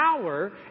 power